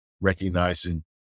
recognizing